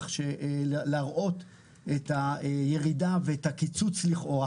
כך שלהראות את הירידה ואת הקיצוץ לכאורה